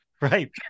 Right